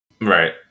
Right